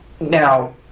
now